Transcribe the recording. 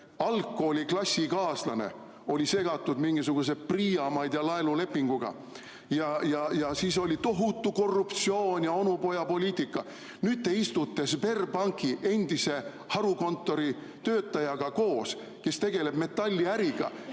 algkooli klassikaaslane oli segatud mingisuguse PRIA, ma ei tea, laenulepinguga. Ja siis oli tohutu korruptsioon ja onupojapoliitika. Nüüd te istute Sberbanki endise harukontori töötajaga koos, kes tegeleb metalliäriga,